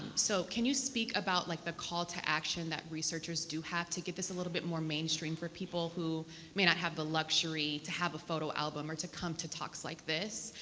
so can you speak about like the call to action that researchers do have to get this a little more mainstream for people who may not have the luxury to have a photo album or to come to talks like this?